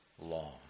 law